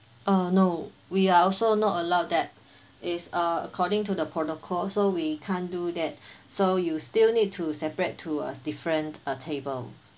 uh no we are also not allowed that is uh according to the protocol so we can't do that so you still need to separate to a different uh table